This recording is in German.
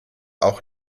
auch